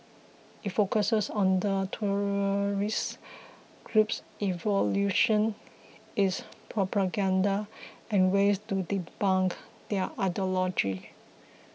it focuses on the terrorist group's evolution its propaganda and ways to debunk their ideology